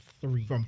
three